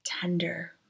tender